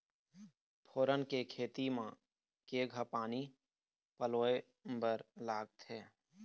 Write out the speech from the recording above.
फोरन के खेती म केघा पानी पलोए बर लागथे?